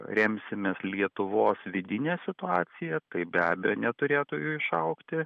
remsimės lietuvos vidine situacija taip be abejo neturėtų jų išaugti